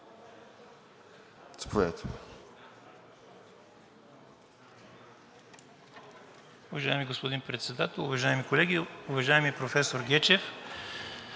Уважаеми господин Председател, уважаеми колеги! Уважаеми професор Гечев,